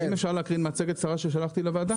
אם אפשר להקרין מצגת קצרה ששלחתי לוועדה.